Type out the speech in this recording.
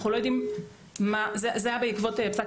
אנחנו לא יודעים -- זה היה בעקבות פסק